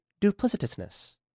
duplicitousness